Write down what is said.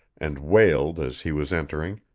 and wailed as he was entering,